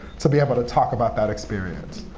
to be able to talk about that experience.